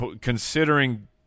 considering